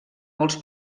molts